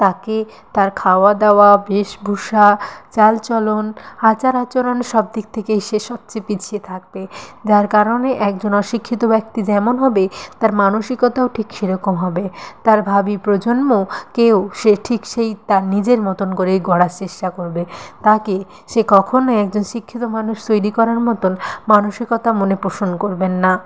তাকে তার খাওয়া দাওয়া বেশভূষা চালচলন আচার আচরণ সব দিক থেকেই সে সবচেয়ে পিছিয়ে থাকবে যার কারণে একজন অশিক্ষিত ব্যক্তি যেমন হবে তার মানসিকতাও ঠিক সেরকম হবে তার ভাবি প্রজন্ম কেও সে ঠিক সেই তার নিজের মতন করে গড়ার চেষ্টা করবে তাকে সে কখনওই একজন শিক্ষিত মানুষ তৈরি করার মতন মানসিকতা মনে পোষণ করবেন না